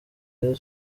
rayon